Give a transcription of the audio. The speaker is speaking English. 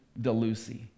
DeLucy